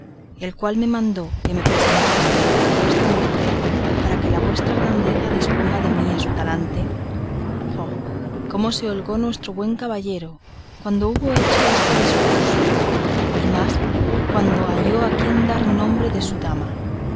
el cual me mandó que me presentase ante vuestra merced para que la vuestra grandeza disponga de mí a su talante oh cómo se holgó nuestro buen caballero cuando hubo hecho este discurso y más cuando halló a quien dar nombre de su dama